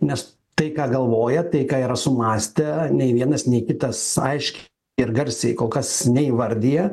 nes tai ką galvoja tai ką yra sumąstę nei vienas nei kitas aiškiai ir garsiai kol kas neįvardija